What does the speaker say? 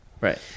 Right